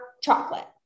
chocolate